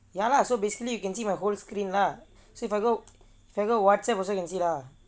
ya lah so basically you can see my whole screen lah so if I go if I go WhatsApp also can see lah